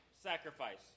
sacrifice